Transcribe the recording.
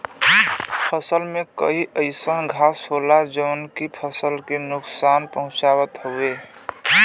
फसल में कई अइसन घास होला जौन की फसल के नुकसान पहुँचावत हउवे